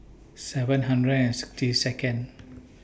seven hundred and sixty Second